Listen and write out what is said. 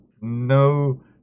no